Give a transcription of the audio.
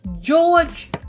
George